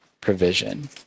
provision